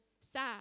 sad